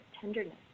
tenderness